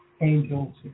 Angels